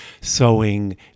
sewing